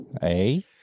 hey